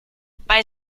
bei